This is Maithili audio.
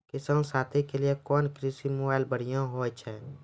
किसान साथी के लिए कोन कृषि मोबाइल बढ़िया होय छै?